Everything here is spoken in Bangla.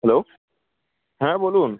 হ্যালো হ্যাঁ বলুন